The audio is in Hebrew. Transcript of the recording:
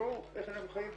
שישמעו איך אנחנו חיים ביחד.